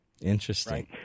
Interesting